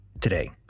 today